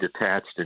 detached